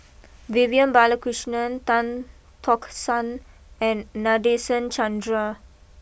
Vivian Balakrishnan Tan Tock San and Nadasen Chandra